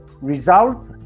result